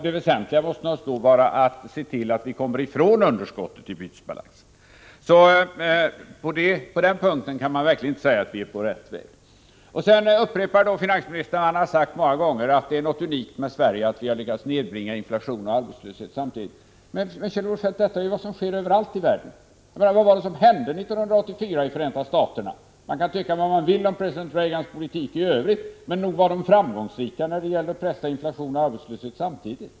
Det väsentliga måste naturligtvis då vara att se till att vi kommer ifrån underskottet i bytesbalansen. På den punkten kan man verkligen inte säga att vi är på rätt väg. Sedan upprepar finansministern vad han har sagt många gånger, nämligen att det är något unikt med Sverige och att vi har lyckats nedbringa inflation och arbetslöshet samtidigt. Men, Kjell-Olof Feldt, detta är vad som sker överallt i världen. Vad var det som hände 1984 i Förenta Staterna? Man kan tycka vad man vill om president Reagans politik i övrigt, men nog var den framgångsrik när det gällde att pressa ned inflation och arbetslöshet samtidigt.